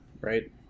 right